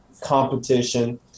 competition